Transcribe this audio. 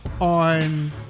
on